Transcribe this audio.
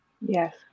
Yes